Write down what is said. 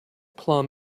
plum